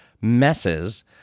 messes